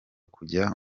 kujya